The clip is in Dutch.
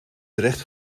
terecht